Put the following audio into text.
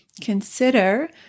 consider